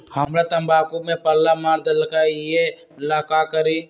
हमरा तंबाकू में पल्ला मार देलक ये ला का करी?